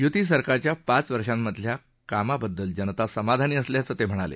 यूती सरकारच्या पाच वर्षातल्या कामाबददल जनता समाधानी असल्याचं ते म्हणाले